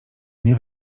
nie